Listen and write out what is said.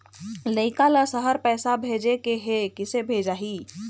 लइका ला शहर पैसा भेजें के हे, किसे भेजाही